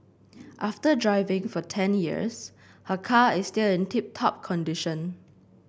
after driving for ten years her car is still in tip top condition